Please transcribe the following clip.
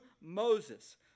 Moses